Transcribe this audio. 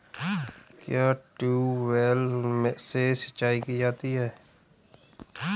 क्या ट्यूबवेल से सिंचाई की जाती है?